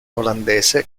olandese